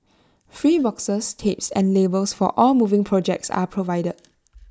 free boxes tapes and labels for all moving projects are provided